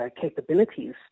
capabilities